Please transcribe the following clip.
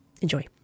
Enjoy